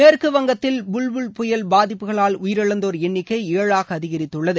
மேற்கு வங்கத்தில் புல்புல் பாதிப்புகளால் உயிரிழந்தோர் எண்ணிக்கை ஏழாக அதிகரித்துள்ளது